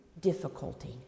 difficulty